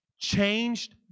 changed